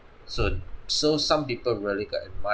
so so some people really got a my